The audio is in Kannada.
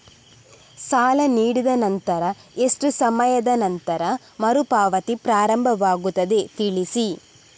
ಸಾಲ ನೀಡಿದ ನಂತರ ಎಷ್ಟು ಸಮಯದ ನಂತರ ಮರುಪಾವತಿ ಪ್ರಾರಂಭವಾಗುತ್ತದೆ ತಿಳಿಸಿ?